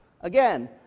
Again